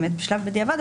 באמת בשלב בדיעבד,